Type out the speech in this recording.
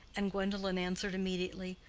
and gwendolen answered immediately,